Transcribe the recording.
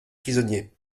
prisonniers